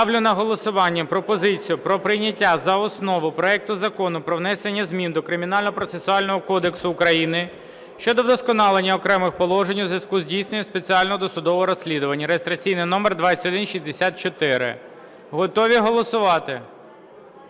Ставлю на голосування пропозицію про прийняття за основу проекту Закону про внесення змін до Кримінального процесуального кодексу України щодо вдосконалення окремих положень у зв'язку із здійсненням спеціального досудового розслідування (реєстраційний номер 2164). Готові голосувати?